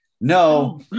no